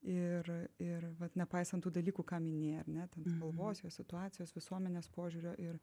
ir ir vat nepaisant tų dalykų ką minėjai ar ne ten kalbos jo situacijos visuomenės požiūrio ir